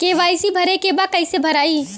KYC भरे के बा कइसे भराई?